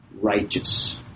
righteous